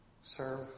serve